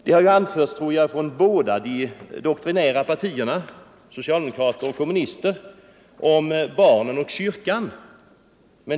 Representanter för både de doktrinära partierna — socialdemokrater och kommunister — har talat om barnen och kyrkan.